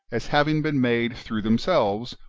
as having been made through themselves,